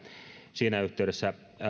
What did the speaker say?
siinä yhteydessä